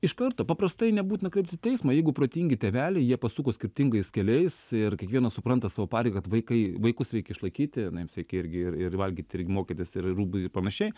iš karto paprastai nebūtina kreiptis į teismą jeigu protingi tėveliai jie pasuko skirtingais keliais ir kiekvienas supranta savo pareigą kad vaikai vaikus reikia išlaikyti na jiems reikia irgi ir valgyti ir mokytis ir rūbų ir panašiai